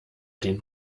den